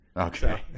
Okay